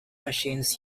machines